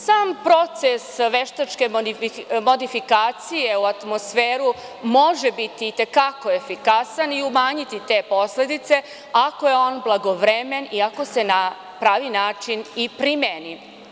Sam proces veštačke modifikacije u atmosferu može biti i te kako efikasan i umanjiti te posledice ako je on blagovremen i ako se na pravi način i primeni.